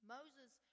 Moses